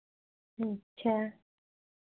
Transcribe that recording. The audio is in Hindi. अच्छा